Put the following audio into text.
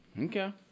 Okay